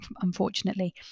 unfortunately